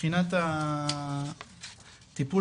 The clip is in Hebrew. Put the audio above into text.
מבחינת הטיפול